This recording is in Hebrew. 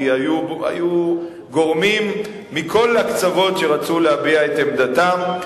כי היו גורמים מכל הקצוות שרצו להביע את עמדתם.